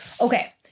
Okay